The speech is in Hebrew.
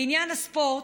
בעניין הספורט,